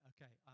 Okay